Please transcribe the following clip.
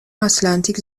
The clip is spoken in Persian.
آتلانتیک